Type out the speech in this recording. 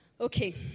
Okay